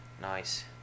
Nice